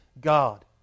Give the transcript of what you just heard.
God